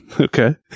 okay